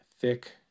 thick